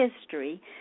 history